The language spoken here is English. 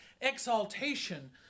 exaltation